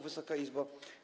Wysoka Izbo!